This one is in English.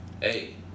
hey